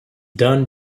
done